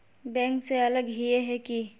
Bank से अलग हिये है की?